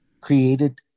created